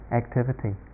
activity